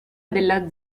della